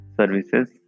services